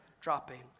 dropping